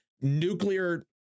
nuclear